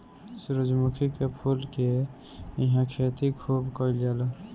सूरजमुखी के फूल के इहां खेती खूब कईल जाला